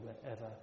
wherever